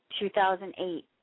2008